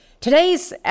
Today's